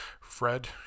fred